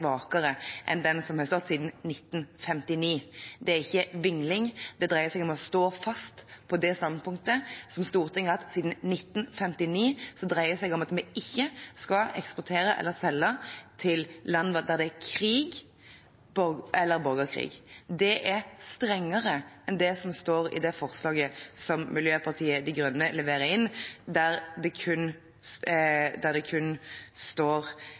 svakere enn den som har stått siden 1959. Det er ikke vingling. Det dreier seg om å stå fast ved det standpunktet som Stortinget har hatt siden 1959, som dreier seg om at vi ikke skal eksportere eller selge til land der det er krig eller borgerkrig. Det er strengere enn det som står i det forslaget som Miljøpartiet De Grønne leverer inn, der det kun